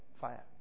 Fire